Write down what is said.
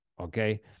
okay